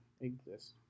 exist